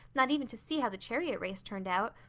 not even to see how the chariot race turned out.